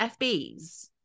FBs